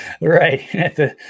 Right